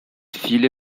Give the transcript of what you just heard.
viele